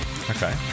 Okay